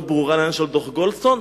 מאוד ברורה בעניין של דוח גולדסטון,